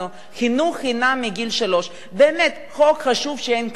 חינוך חינם מגיל שלוש, באמת חוק חשוב מאין כמוהו.